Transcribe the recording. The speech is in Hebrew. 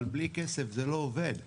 אבל בלי כסף זה לא עובד.